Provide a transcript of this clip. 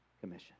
commission